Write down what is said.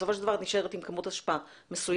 בסופו של דבר את נשארת עם כמות אשפה מסוימת